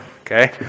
okay